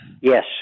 Yes